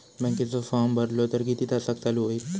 बँकेचो फार्म भरलो तर किती तासाक चालू होईत?